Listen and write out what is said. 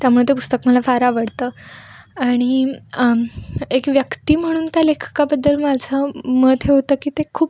त्यामुळे ते पुस्तक मला फार आवडतं आणि एक व्यक्ती म्हणून त्या लेखकाबद्दल माझं मत हे होतं की ते खूप